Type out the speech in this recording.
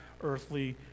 earthly